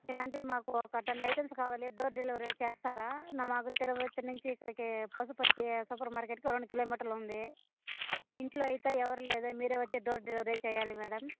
ఇలాంటివి మాకు కొన్ని ఐటమ్స్ కావాలి డోర్ డెలివరీ చేస్తారా నా మాకు తిరుపతి నుంచి ఇక్కడికి పశుపతి సూపర్ మార్కెట్కి రెండు కిలోమీటర్లు ఉంది ఇంట్లో అయితే ఎవరూ లేరు మీరే వచ్చి డోర్ డెలివరీ చేయాలి మేడం